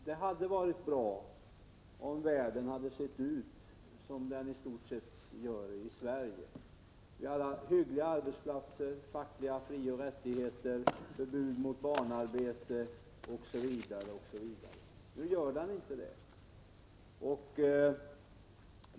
Det hade varit bra om världen sett ut som den i stort sett gör i Sverige. Det hade funnits hyggliga arbetsplatser, fackliga frioch rättigheter, förbud mot barnarbete, osv. osv. Nu gör den inte det.